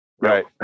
Right